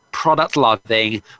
product-loving